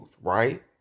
right